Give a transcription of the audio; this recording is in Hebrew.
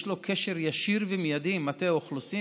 יש לו קשר ישיר ומיידי עם מטה האוכלוסין,